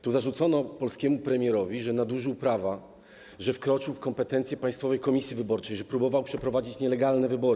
Tu zarzucono polskiemu premierowi, że nadużył prawa, że wkroczył w kompetencje Państwowej Komisji Wyborczej, że próbował przeprowadzić nielegalne wybory.